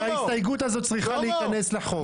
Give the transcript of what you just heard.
שההסתייגות הזאת צריכה להיכנס לחוק.